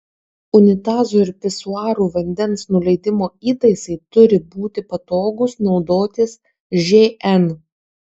unitazų ir pisuarų vandens nuleidimo įtaisai turi būti patogūs naudotis žn